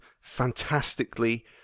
fantastically